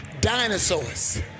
dinosaurs